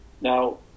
Now